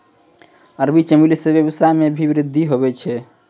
अरबी चमेली से वेवसाय मे भी वृद्धि हुवै छै